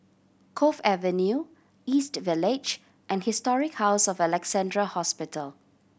Cove Avenue East Village and Historic House of Alexandra Hospital